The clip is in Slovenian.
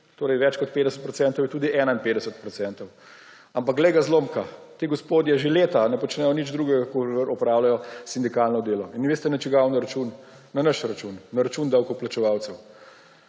torej več kot 50 % je tudi 51 %. Ampak glej ga zlomka, ti gospodje že leta ne počnejo nič drugega, kot opravljajo sindikalno delo. In vi veste, na čigav račun? Na naš račun, da račun davkoplačevalcev.